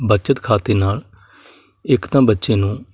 ਬਚਤ ਖਾਤੇ ਨਾਲ ਇੱਕ ਤਾਂ ਬੱਚੇ ਨੂੰ